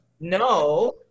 no